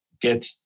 get